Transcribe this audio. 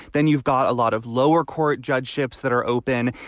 then you've got a lot of lower court judge ships that are open.